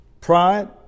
pride